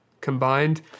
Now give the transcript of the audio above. combined